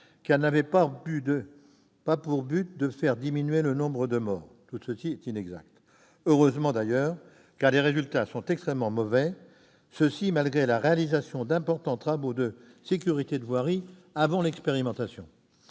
« n'avait pas pour but de faire diminuer le nombre de morts ». Heureusement, car ses résultats sont extrêmement mauvais, et ce malgré la réalisation d'importants travaux de sécurité de voirie avant l'expérimentation.